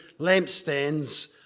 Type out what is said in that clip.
lampstands